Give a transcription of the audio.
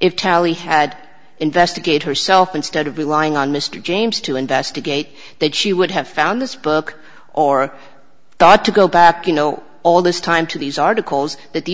if tally had investigate herself instead of relying on mr james to investigate that she would have found this book or thought to go back you know all this time to these articles that the